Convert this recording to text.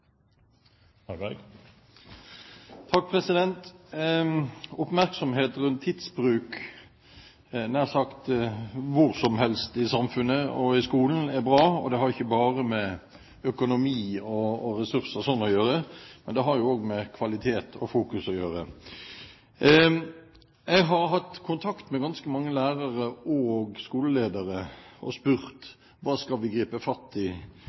bra. Det har ikke bare med økonomi og ressurser å gjøre. Det har også med kvalitet og fokus å gjøre. Jeg har hatt kontakt med ganske mange lærere og skoleledere og spurt: Hva skal vi gripe fatt i